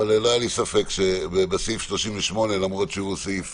אבל לא היה לי ספק שבסעיף 38, למרות שהוא סעיף